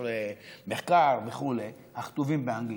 בספרי מחקר וכו' הכתובים באנגלית,